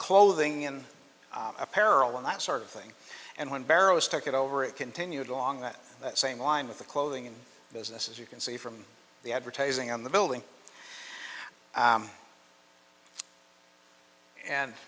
clothing in apparel and that sort of thing and when barrows took it over it continued along that same line with the clothing in business as you can see from the advertising on the building